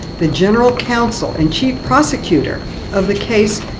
the general counsel and chief prosecutor of the case,